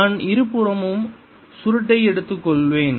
நான் இருபுறமும் சுருட்டை எடுத்துள்ளேன்